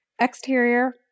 Exterior